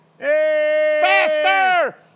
Faster